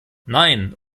nein